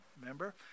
remember